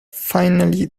finally